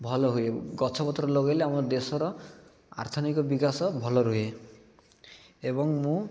ଭଲ ହୁଏ ଗଛପତ୍ର ଲଗେଇଲେ ଆମ ଦେଶର ଅର୍ଥନୀତିକ ବିକାଶ ଭଲ ରୁହେ ଏବଂ ମୁଁ